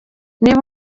niba